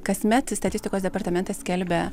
kasmet statistikos departamentas skelbia